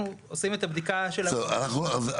אנחנו עושים את הבדיקה שלנו --- אז בוא